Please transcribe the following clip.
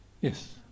Yes